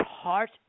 heart